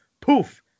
poof